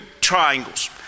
triangles